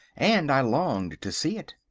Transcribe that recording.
and i longed to see it.